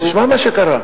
תשמע מה שקרה.